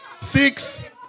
six